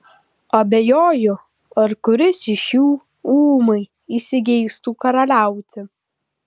abejoju ar kuris iš jų ūmai įsigeistų karaliauti